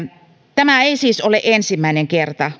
tämä ei siis ole ensimmäinen kerta